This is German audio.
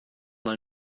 mal